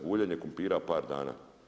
Guljenje krumpira par dana.